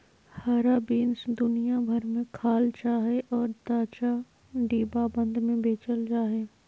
हरा बीन्स दुनिया भर में खाल जा हइ और ताजा, डिब्बाबंद में बेचल जा हइ